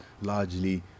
largely